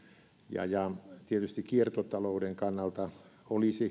että tietysti kiertotalouden kannalta olisi